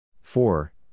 four